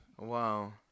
wow